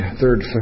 third